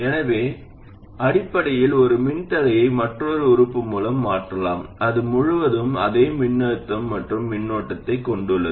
எனவே அடிப்படையில் ஒரு மின்தடையை மற்றொரு உறுப்பு மூலம் மாற்றலாம் அது முழுவதும் அதே மின்னழுத்தம் மற்றும் மின்னோட்டத்தைக் கொண்டுள்ளது